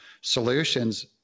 solutions